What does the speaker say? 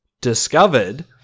discovered